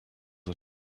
are